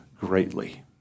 greatly